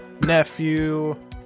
nephew